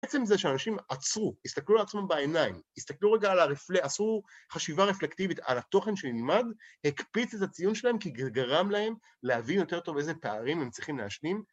עצם זה שאנשים עצרו, הסתכלו לעצמם בעיניים, הסתכלו רגע על הרפל.. עשו חשיבה רפלקטיבית על התוכן שנלמד, הקפיץ את הציון שלהם כי גרם להם להבין יותר טוב איזה פערים הם צריכים להשלים.